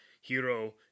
hero